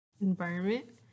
environment